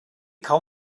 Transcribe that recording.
cau